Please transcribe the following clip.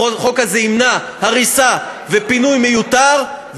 החוק הזה ימנע הריסה ופינוי מיותרים,